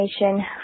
information